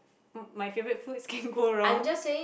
my favorite foods can go wrong